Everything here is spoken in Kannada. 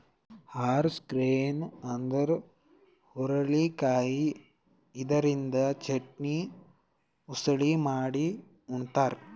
ಹಾರ್ಸ್ ಗ್ರೇನ್ ಅಂದ್ರ ಹುರಳಿಕಾಯಿ ಇದರಿಂದ ಚಟ್ನಿ, ಉಸಳಿ ಮಾಡಿ ಉಂತಾರ್